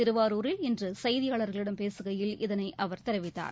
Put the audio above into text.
திருவாரூரில் இன்று செய்தியாளர்களிடம் பேசுகையில் இதனை அவர் தெரிவித்தார்